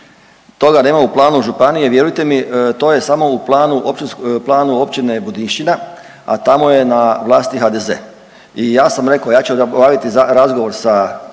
Toga nema u planu županije vjerujte mi to je samo u planu, planu Općine Budinščina, a tamo je na vlasti HDZ. I ja sam rekao ja ću obaviti razgovor sa